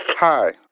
Hi